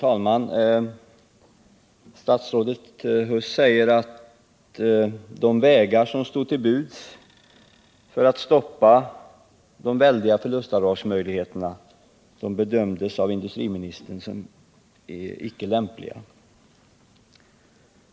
Herr talman! De vägar som står till buds för att stoppa de väldiga förlustavdragsmöjligheterna bedömdes av industriministern som icke lämpliga att beträda.